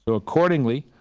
so accordingly,